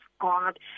God